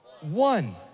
One